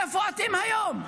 איפה אתם היום?